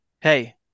Hey